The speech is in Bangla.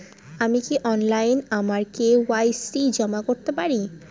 আমি কি অনলাইন আমার কে.ওয়াই.সি জমা করতে পারব?